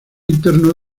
interno